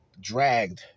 dragged